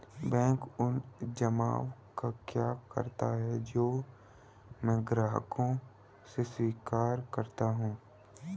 Bank उन जमाव का क्या करता है जो मैं ग्राहकों से स्वीकार करता हूँ?